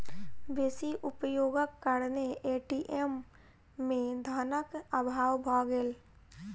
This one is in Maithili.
बेसी उपयोगक कारणेँ ए.टी.एम में धनक अभाव भ गेल